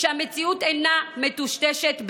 שהמציאות אינה מטושטשת בעיניו.